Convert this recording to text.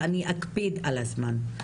ואני אקפיד על הזמן.